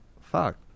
Fuck